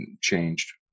changed